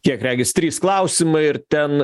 kiek regis trys klausimai ir ten